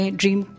dream